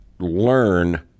learn